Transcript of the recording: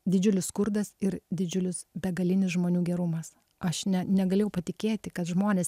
didžiulis skurdas ir didžiulis begalinis žmonių gerumas aš ne negalėjau patikėti kad žmonės